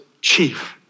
chief